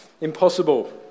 Impossible